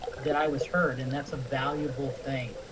that i was heard and that's a valuable thing.